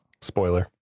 Spoiler